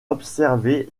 observer